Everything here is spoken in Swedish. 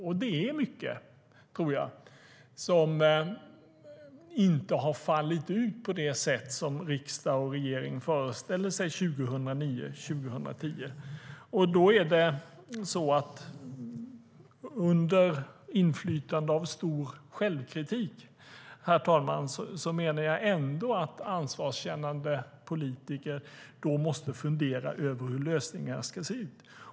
Och det är mycket, tror jag, som inte har fallit ut på det sätt som riksdag och regering föreställde sig 2009 p>Under inflytande av stor självkritik, herr talman, menar jag ändå att ansvarskännande politiker då måste fundera över hur lösningarna ska se ut.